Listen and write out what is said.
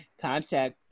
contact